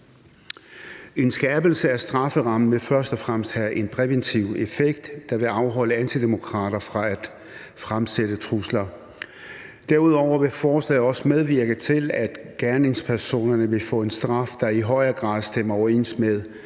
En skærpelse af strafferammen vil først og fremmest have en præventiv effekt, der vil afholde antidemokrater fra at fremsætte trusler. Derudover vil forslaget også medvirke til, at gerningspersonerne vil få en straf, der i højere grad stemmer overens med